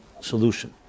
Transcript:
solution